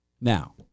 Now